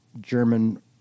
German